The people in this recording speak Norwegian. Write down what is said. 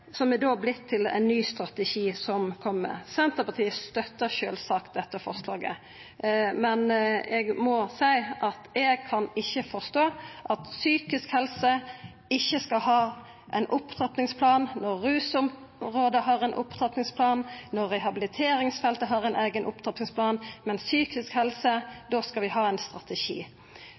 Men eg må seia at eg kan ikkje forstå at psykisk helse ikkje skal ha ein opptrappingsplan – når rusområdet har ein opptrappingsplan, når rehabiliteringsfeltet har ein eigen opptrappingsplan – men ein strategi.